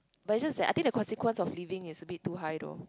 but it's just that I think the consequence of living is a bit too high though